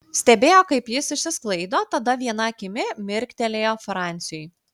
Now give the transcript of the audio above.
stebėjo kaip jis išsisklaido tada viena akimi mirktelėjo franciui